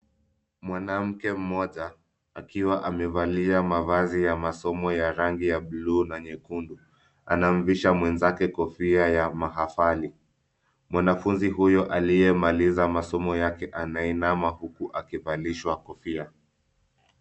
Mwanamke mmoja akiwa amevalia mavazi ya masomo ya rangi ya blue na nyekundu. Anamvisha mwenzake kofia ya maafali. Mwanafunzi huyu aliyemaliza masomo yake anainama huku akivalishwa kofia.